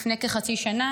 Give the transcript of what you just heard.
לפני כחצי שנה,